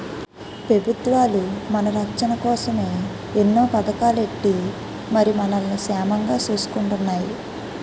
పెబుత్వాలు మన రచ్చన కోసమే ఎన్నో పదకాలు ఎట్టి మరి మనల్ని సేమంగా సూసుకుంటున్నాయి